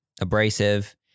abrasive